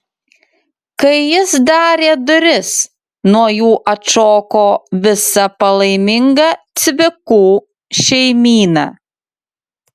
kai jis darė duris nuo jų atšoko visa palaiminga cvikų šeimyna